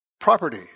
property